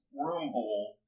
wormhole